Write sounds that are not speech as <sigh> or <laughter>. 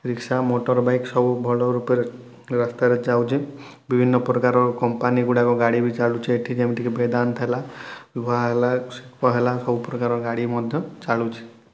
rickshaw motorbike ସବୁ ଭଲ ରୁପରେ ରାସ୍ତାରେ ଯାଉଛି ବିଭିନ୍ନ ପ୍ରକାର କମ୍ପାନି ଗୁଡ଼ାକ ଗାଡ଼ି ବି ଚାଲୁଛି ଏଠି ଯେମିତିକି ବେଦାନ୍ତ ହେଲା ବା ହେଲା <unintelligible> ହେଲା ସବୁ ପ୍ରକାର ଗାଡ଼ି ମଧ୍ୟ ଚାଲୁଛି